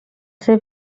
ser